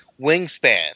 wingspan